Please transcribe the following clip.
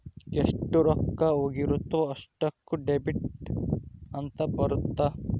ಎಷ್ಟ ರೊಕ್ಕ ಹೋಗಿರುತ್ತ ಅಷ್ಟೂಕ ಡೆಬಿಟ್ ಅಂತ ಬರುತ್ತ